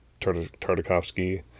tartakovsky